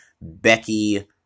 Becky